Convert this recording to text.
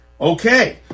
Okay